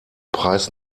preis